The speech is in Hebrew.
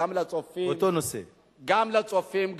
גם לצופים,